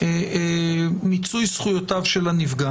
במיצוי זכויותיו של הנפגע